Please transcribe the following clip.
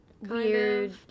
Weird